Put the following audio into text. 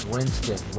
Winston